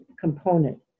component